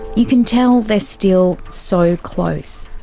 you can tell they're still so close.